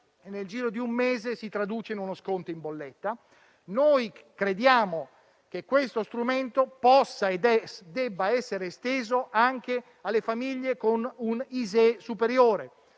nel giro di un mese si traduce in uno sconto in bolletta. Crediamo che questo strumento possa e debba essere esteso anche alle famiglie con un ISEE superiore